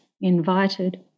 invited